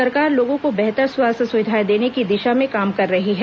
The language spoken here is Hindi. सरकार लोगों को बेहतर स्वास्थ्य सुविधाएं देने की दिशा में काम कर रही है